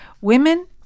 Women